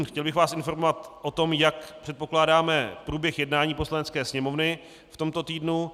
Chtěl bych vás informovat o tom, jak předpokládáme průběh jednání Poslanecké sněmovny v tomto týdnu.